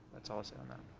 that's all i see and